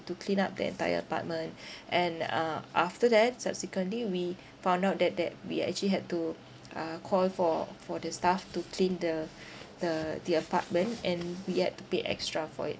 to clean up the entire apartment and uh after that subsequently we found out that that we actually had to uh call for for the staff to clean the the the apartment and we had to pay extra for it